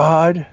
God